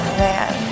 man